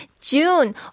June